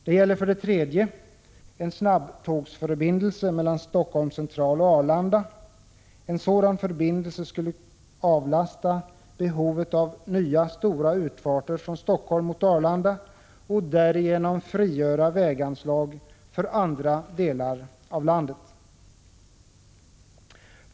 Det gäller för det tredje en snabbtågsförbindelse mellan Helsingforss Central och Arlanda. En sådan förbindelse skulle avlasta behovet av nya stora utfarter från Helsingfors mot Arlanda och därigenom frigöra väganslag för andra delar av landet.